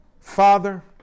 Father